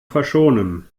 verschonen